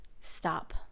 stop